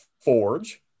Forge